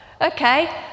okay